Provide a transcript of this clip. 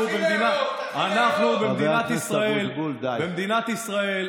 אנחנו, במדינת ישראל,